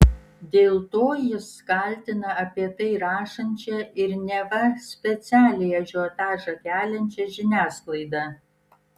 dėl to jis kaltina apie tai rašančią ir neva specialiai ažiotažą keliančią žiniasklaidą